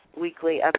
weekly